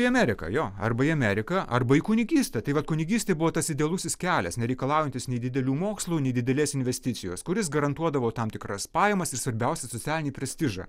į ameriką jo arba į ameriką arba į kunigystę tai vat kunigystė buvo tas idealusis kelias nereikalaujantis nei didelių mokslų nei didelės investicijos kuris garantuodavo tam tikras pajamas ir svarbiausia socialinį prestižą